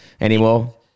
anymore